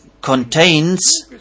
contains